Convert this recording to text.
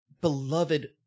beloved